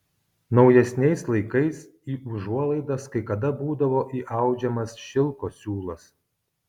naujesniais laikais į užuolaidas kai kada būdavo įaudžiamas šilko siūlas